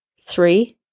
three